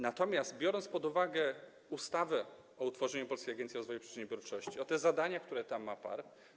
Natomiast biorąc pod uwagę ustawę o utworzeniu Polskiej Agencji Rozwoju Przedsiębiorczości, zadania, które ma PARP.